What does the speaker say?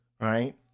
right